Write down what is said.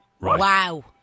Wow